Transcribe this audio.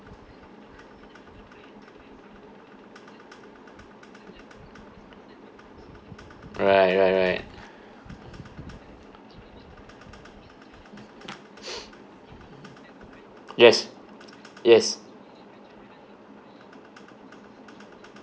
right right right yes yes